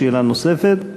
שאלה נוספת.